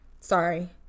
sorry